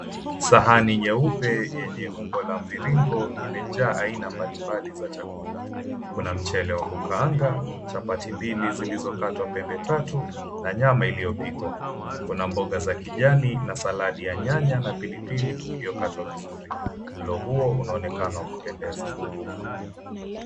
Sahani nyeupe yenye umbo la mviringo imejaa aina mbalimbali za chakula. Kuna mchele wa kukaanga, chapati mbili zilizokatwa pembe tatu na nyama iliyopikwa. Kuna mboga za kijani na saladi ya nyanya na pilipili iliyokatwa vizuri. Mlo huo unaonekana wa kupendeza.